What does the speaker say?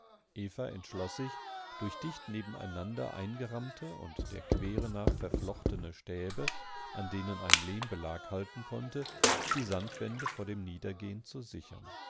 eva entschloß sich durch dicht nebeneinander eingerammte und der quere nach verflochtene stäbe an denen ein lehmbelag halten konnte die sandwände vor dem niedergehen zu sichern